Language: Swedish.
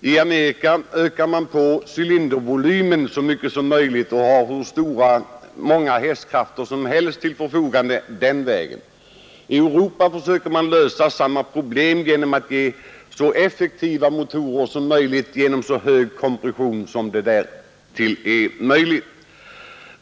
I Amerika ökar man på cylindervolymen och får så många hästkrafter som helst till förfogande på det sättet. I Europa försöker man lösa samma problem genom att skapa så effektiva motorer som möjligt genom högsta möjliga kompression.